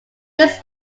this